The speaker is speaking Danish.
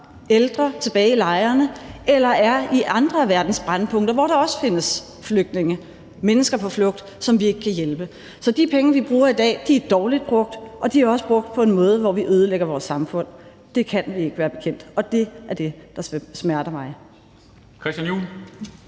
ældre tilbage i lejrene eller befinder sig i andre af verdens brændpunkter, hvor der også findes flygtninge, mennesker på flugt, som vi ikke kan hjælpe. Så de penge, vi bruger i dag, er dårligt brugt, og de er også brugt på en måde, hvor vi ødelægger vores samfund. Det kan vi ikke være bekendt, og det er det, der smerter mig.